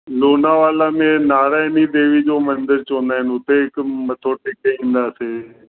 लोनावला में नारायणी देवी जो मंदरु चवंदा अहिनि हुते हिकु मथो टेके ईंदासीं